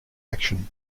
action